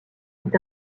est